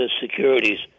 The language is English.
securities